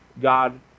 god